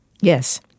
yes